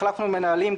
החלפנו מנהלים,